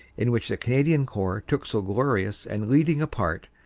in which the canadian corps took so glorious and leading a part,